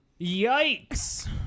Yikes